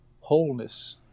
wholeness